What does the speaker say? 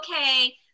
okay